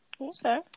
Okay